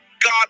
God